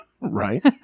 Right